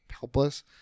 helpless